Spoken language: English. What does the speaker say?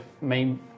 main